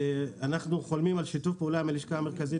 אנחנו חולמים על שיתוף פעולה עם הלשכה המרכזית